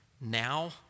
now